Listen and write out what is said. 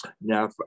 now